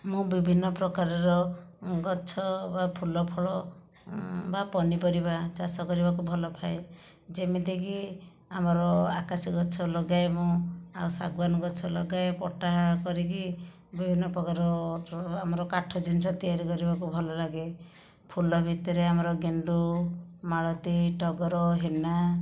ମୁଁ ବିଭିନ୍ନ ପ୍ରକାରର ଗଛ ବା ଫୁଲ ଫଳ ବା ପନିପରିବା ଚାଷ କରିବାକୁ ଭଲ ପାଏ ଯେମିତିକି ଆମର ଆକାଶୀ ଗଛ ଲଗାଏ ମୁଁ ଆଉ ଶାଗୁଆନ ଗଛ ଲଗାଏ ପଟା କରିକି ବିଭିନ୍ନ ପ୍ରକାର ଆମର କାଠ ଜିନିଷ ତିଆରି କରିବାକୁ ଭଲ ଲାଗେ ଫୁଲ ଭିତରେ ଆମର ଗେଣ୍ଡୁ ମାଳତୀ ଟଗର ହେନା